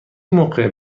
موقع